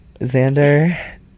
xander